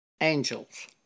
angels